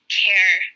care